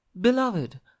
beloved